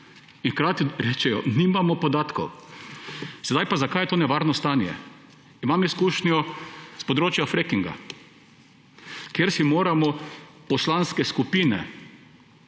in hkrati rečejo, da nimajo podatkov. Sedaj pa, zakaj je to nevarno stanje. Imam izkušnjo s področja freakinga, kjer si moramo poslanske skupine